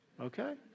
okay